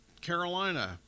Carolina